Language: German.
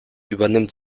übernimmt